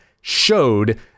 showed